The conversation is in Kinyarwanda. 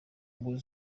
nguni